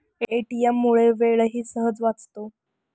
ATM मुळे वेळही सहज वाचतो